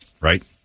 right